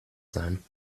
sein